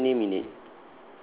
there's no name in it